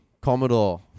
Commodore